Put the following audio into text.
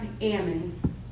Ammon